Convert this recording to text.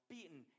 Beaten